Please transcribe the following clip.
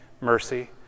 mercy